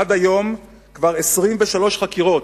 עד היום, כבר 23 חקירות.